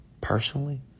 personally